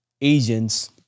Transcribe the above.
agents